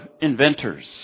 inventors